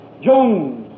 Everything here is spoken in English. Jones